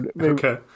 Okay